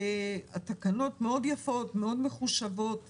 והתקנות יפות מאוד ומחושבות מאוד,